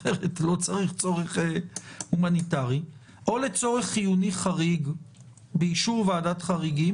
אחרת אין צורך הומניטרי או לצורך חיוני חריג באישור ועדת חריגים,